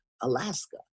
Alaska